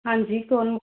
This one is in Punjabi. ਹਾਂਜੀ ਕੌਣ